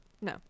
no